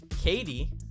Katie